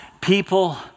People